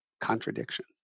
contradiction